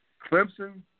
Clemson